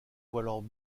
voient